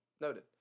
Noted